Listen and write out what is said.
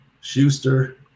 Schuster